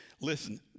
Listen